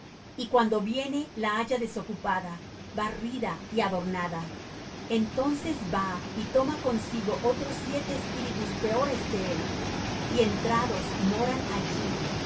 y cuando viene la halla desocupada barrida y adornada entonces va y toma consigo otros siete espíritus peores que él y entrados moran allí